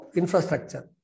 infrastructure